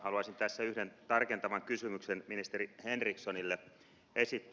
haluaisin tässä yhden tarkentavan kysymyksen ministeri henrikssonille esittää